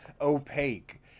opaque